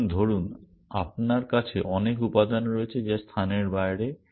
সুতরাং ধরুন আপনার কাছে অনেক উপাদান রয়েছে যা স্থানের বাইরে